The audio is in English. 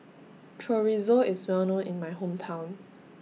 Chorizo IS Well known in My Hometown